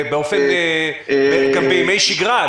גם בימי שגרה,